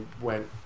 went